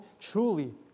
truly